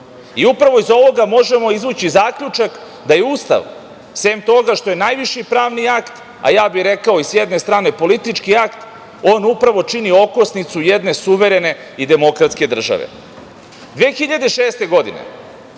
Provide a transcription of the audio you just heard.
I upravo iz ovoga možemo izvući zaključak da je Ustav, sem toga što je najviši pravni akt, a ja bih rekao i sa jedne strane politički akt, on upravo čini okosnicu jedne suverene i demokratske države. Godine